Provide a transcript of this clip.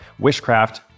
Wishcraft